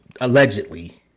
allegedly –